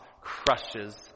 crushes